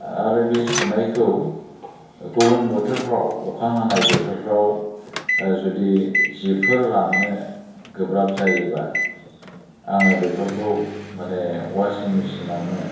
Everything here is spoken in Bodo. आरो बे सुनायखौ गुबुन बोथोरफोराव अखा हानाय बोथोरफोराव जुदि जिफोर राननो गोब्राब जायोबा आङो बेफोरखौ माने वासिं मेशिनावनो